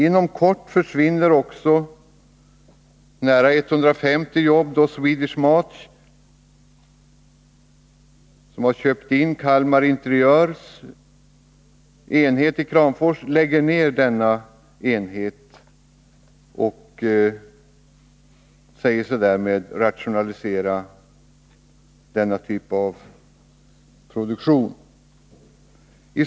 Inom kort försvinner också nära 150 jobb, då Swedish Match som har köpt in Kalmar Interiörs enhet i Kramfors lägger ner denna enhet och säger sig därmed rationalisera denna typ av produktion.